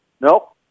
Nope